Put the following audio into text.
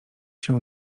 się